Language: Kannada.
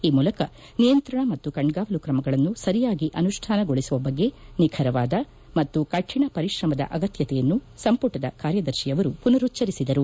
ಈ ಮೂಲಕ ನಿಯಂತ್ರಣ ಮತ್ತು ಕಣ್ಗಾವಲು ಕ್ರಮಗಳನ್ನು ಸರಿಯಾಗಿ ಅನುಷ್ಯಾನಗೊಳಿಸುವ ಬಗ್ಗೆ ನಿಖರವಾದ ಪಾಗೂ ಕಠಿಣ ಪರಿಕ್ರಮದ ಆಗತ್ತತೆಯನ್ನು ಸಂಪುಟದ ಕಾರ್ಯದರ್ಶಿಯವರು ಮನರುಚ್ಚರಿಸಿದರು